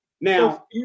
Now